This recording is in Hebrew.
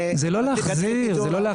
האם באמת לטובת כיבוי זה נדרש?